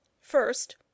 First